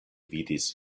vidis